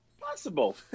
Possible